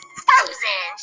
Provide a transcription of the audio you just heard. frozen